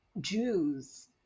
Jews